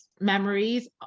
memories